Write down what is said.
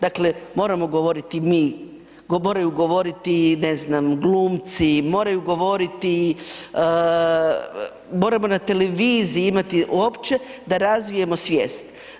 Dakle, moramo govoriti mi, moraju govoriti, ne znam, glumci, moraju govoriti, moramo na televiziji imati uopće da razvijemo svijest.